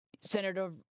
Senator